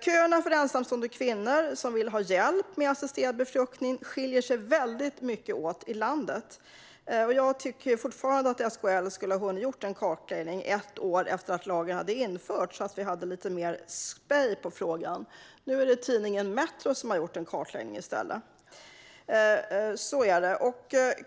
Köerna för ensamstående kvinnor som vill ha hjälp med assisterad befruktning skiljer sig väldigt mycket åt i landet. Jag tycker fortfarande att SKL skulle ha hunnit göra en kartläggning ett år efter att lagen hade införts så att vi hade lite mer spej på frågan. Nu är det i stället tidningen Metro som har gjort en kartläggning.